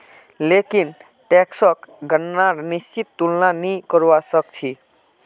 लेकिन टैक्सक गणनार निश्चित तुलना नी करवा सक छी